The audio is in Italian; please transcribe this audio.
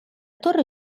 torre